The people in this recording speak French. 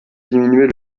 diminuer